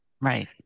Right